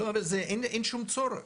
לא, אבל אין שום צורך.